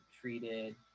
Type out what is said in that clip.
treated